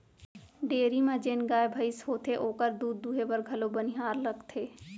dairy म जेन गाय भईंस होथे ओकर दूद दुहे बर घलौ बनिहार रखथें